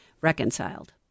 Reconciled